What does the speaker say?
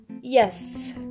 Yes